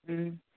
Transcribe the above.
ꯎꯝ